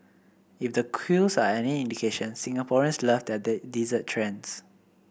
if the queues are any indication Singaporeans love their dessert trends